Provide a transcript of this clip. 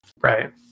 Right